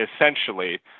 essentially